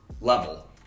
level